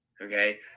okay